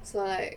it's like